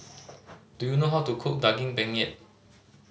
do you know how to cook Daging Penyet